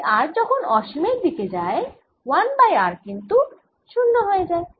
তাই r যখন অসীম এর দিকে যায় এই 1 বাই r কিন্তু 0 হয়ে যায়